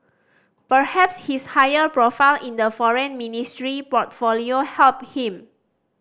perhaps his higher profile in the Foreign Ministry portfolio helped him